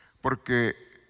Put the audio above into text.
Porque